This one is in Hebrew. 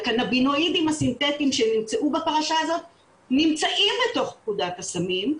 הקנבינואידים הסינתטיים שנמצאו בפרשה הזאת נמצאים בתוך פקודת הסמים,